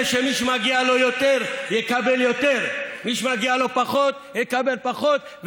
שמי שמגיע לו יותר יקבל יותר ומי שמגיע לו פחות יקבל פחות.